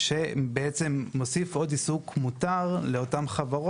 שבעצם מוסיף עוד עיסוק מותר לאותן חברות